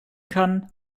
kann